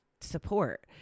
support